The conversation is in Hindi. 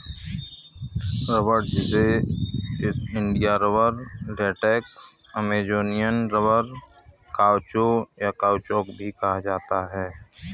रबड़, जिसे India rubber, latex, Amazonian rubber, caucho, या काउचौक भी कहा जाता है